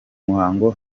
muhango